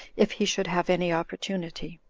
if he should have any opportunity.